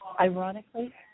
Ironically